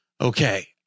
Okay